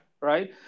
right